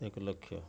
ଏକ ଲକ୍ଷ